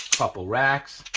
couple racks,